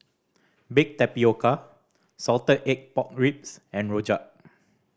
baked tapioca salted egg pork ribs and rojak